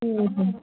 ம்